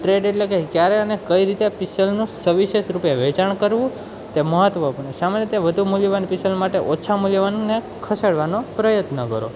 trade એટલે કે ક્યારે અને કઈ રીતે પીસલનું સવિશેષરૂપે વેચાણ કરવું તે મહત્ત્વપૂર્ણ સામેની તે વધુ મૂલ્યવાન પીસલ માટે ઓછામાં મૂલ્યવાનને ખસેડવાનો પ્રયત્ન કરો